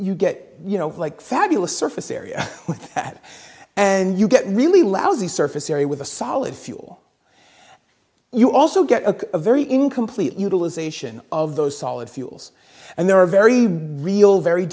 you get you know like fabulous surface area at and you get really lousy surface area with a solid fuel you also get a very incomplete utilization of those solid fuels and there are very real very